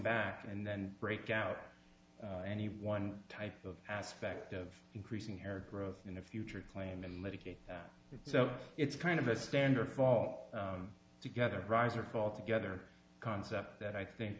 back and then break out any one type of aspect of increasing hair growth in the future claim and litigate it so it's kind of a standard fall together rise or fall together concept that i think